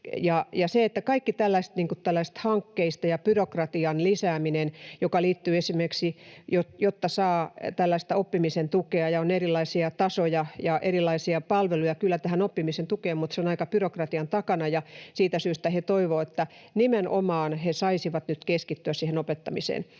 tällaiset hankkeet ja byrokratian lisääminen, mitkä liittyvät esimerkiksi siihen, jotta saa tällaista oppimisen tukea: kun on kyllä erilaisia tasoja ja erilaisia palveluja tähän oppimisen tukeen mutta se on aika byrokratian takana, niin siitä syystä he toivovat, että he saisivat nyt keskittyä nimenomaan siihen opettamisen.